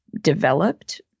Developed